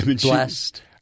Blessed